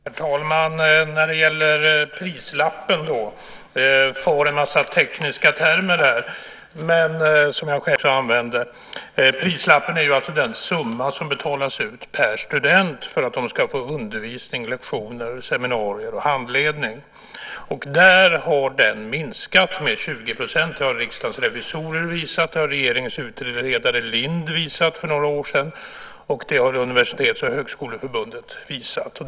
Herr talman! Det far omkring en massa tekniska termer här som jag också själv använder. Men prislappen är alltså den summa som betalas ut per student för att studenterna ska få undervisning, lektioner, seminarier och handledning. Den har nu minskat med 20 %, det har Riksdagens revisorer, regeringens utredare Lind och Universitets och högskoleförbundet visat.